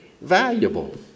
valuable